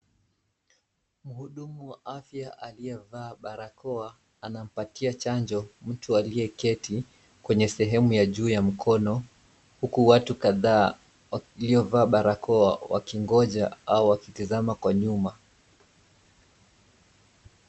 Mhudumu wa afya aliyevaa barakoa anampatia chanjo mtu aliyeketi kwenye sehemu ya juu ya mkono huku watu kadhaa waliovaa barakoa wakingoja au wakitazama kwa nyuma.